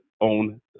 own